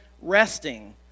resting